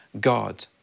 God